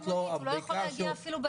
ואתה יכול להגיד לנו מהניסיון שלך,